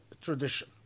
tradition